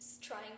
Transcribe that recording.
trying